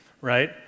Right